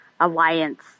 alliance